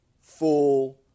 full